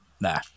nah